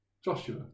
Joshua